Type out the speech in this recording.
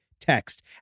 text